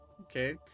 Okay